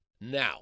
Now